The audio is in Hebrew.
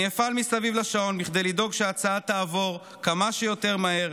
אני אפעל מסביב לשעון כדי לדאוג שההצעה תעבור כמה שיותר מהר,